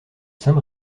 saint